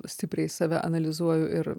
stipriai save analizuoju ir